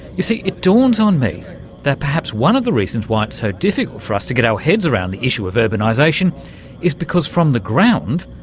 you see, it dawns on me that perhaps one of the reasons why it's so difficult for us to get our heads around the issue of urbanisation is because from the ground,